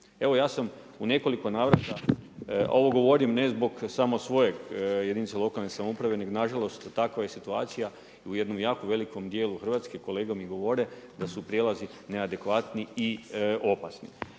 Evo ja sam u nekoliko navrata, ovo govorim ne zbog samo svoje jedinice lokalne samouprave, nego na žalost takva je situacija. U jednom jako velikom dijelu Hrvatske kolege mi govore da su prijelazi neadekvatni i opasni.